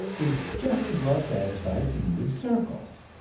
is just as well satisfied to move in circles,